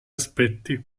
aspetti